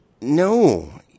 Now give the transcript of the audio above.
no